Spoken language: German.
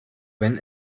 wenn